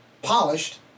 polished